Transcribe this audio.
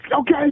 okay